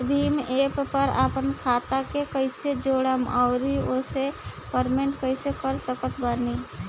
Bhim app पर आपन खाता के कईसे जोड़म आउर ओसे पेमेंट कईसे कर सकत बानी?